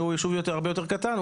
שהוא ישוב הרבה יותר קטן,